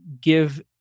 give